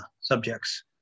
subjects